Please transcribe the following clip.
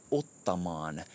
ottamaan